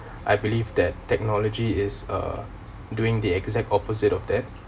I believe that technology is uh doing the exact opposite of that